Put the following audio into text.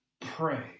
Pray